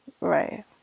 right